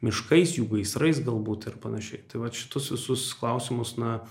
miškais jų gaisrais galbūt ir panašiai tai vat šituos visus klausimus na